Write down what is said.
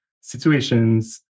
situations